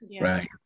Right